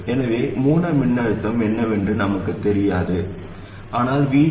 எனவே மூல மின்னழுத்தம் என்னவென்று நமக்கு தெரியாது ஆனால் VGS ஆனது VG Vs